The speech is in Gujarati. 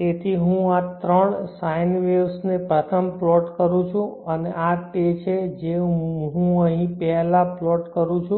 તેથી હું આ ત્રણ sine વેવ્સને પ્રથમ પ્લોટ કરું છું આ તે છે જે હું અહીં પહેલા પ્લોટ કરું છું